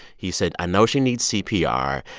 he said, i know she needs cpr.